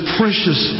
precious